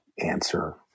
answer